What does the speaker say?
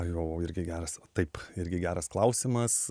jo irgi geras taip irgi geras klausimas